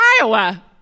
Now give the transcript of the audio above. Iowa